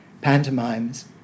pantomimes